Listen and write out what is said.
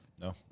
No